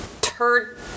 turd